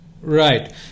Right